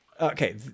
Okay